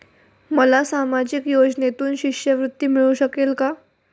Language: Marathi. मला सामाजिक योजनेतून शिष्यवृत्ती मिळू शकेल का?